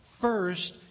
first